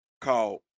called